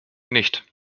nicht